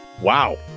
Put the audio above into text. Wow